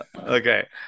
Okay